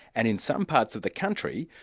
and in some parts of the country,